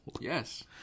Yes